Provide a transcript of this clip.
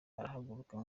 arahaguruka